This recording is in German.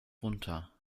runter